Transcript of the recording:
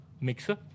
mixer